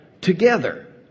together